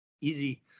easy